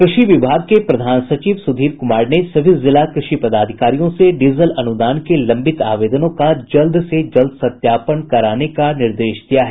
कृषि विभाग के प्रधान सचिव सुधीर कुमार ने सभी जिला कृषि पदाधिकारियों से डीजल अनुदान के लंबित आवेदनों का जल्द से जल्द सत्यापन कराने का निर्देश दिया है